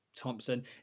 thompson